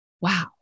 wow